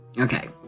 Okay